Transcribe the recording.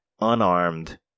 unarmed